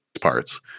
parts